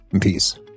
Peace